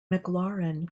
mclaurin